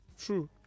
true